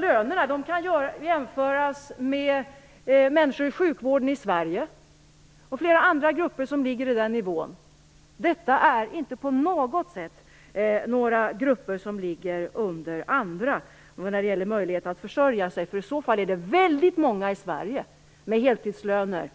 Lönerna kan jämföras med lönerna för människor i sjukvården i Sverige och för flera andra grupper som har sammma nivå. Detta är inte på något sätt grupper som ligger under andra när det gäller möjligheten att försörja sig. I så fall måste vi säga att det är väldigt många med heltidslöner i